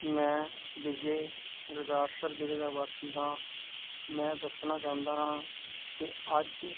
ਮੈਂ ਵਿਜੈ ਗੁਰਦਾਸਪੁਰ ਜ਼ਿਲ੍ਹੇ ਦਾ ਵਾਸੀ ਹਾਂ ਮੈਂ ਦੱਸਣਾ ਚਾਹੁੰਦਾ ਹਾਂ ਕਿ ਅੱਜ